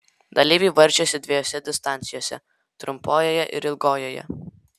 dalyviai varžėsi dviejose distancijose trumpojoje ir ilgojoje